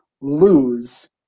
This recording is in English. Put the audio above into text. lose